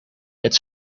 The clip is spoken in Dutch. het